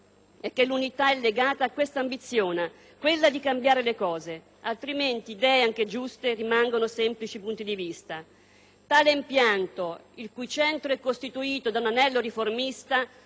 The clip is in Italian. e che l'unità è legata a questa ambizione: quella di cambiare le cose. Altrimenti, idee, anche giuste, rimangono semplici punti di vista. Tale impianto, il cui centro è costituito da un anello riformista,